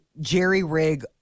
jerry-rig